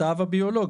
את האב הביולוגי.